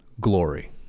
glory